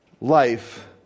life